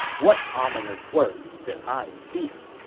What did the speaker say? what ominous words did i speak?